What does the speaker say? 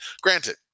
Granted